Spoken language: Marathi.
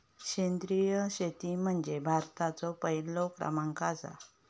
सेंद्रिय शेतीमध्ये भारताचो पहिलो क्रमांक आसा